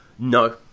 No